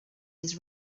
his